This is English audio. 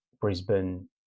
Brisbane